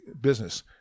business